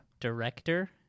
director